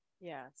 Yes